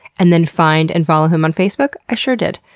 and then find and follow him on facebook? i sure did.